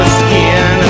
skin